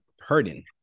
hurting